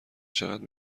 چقدر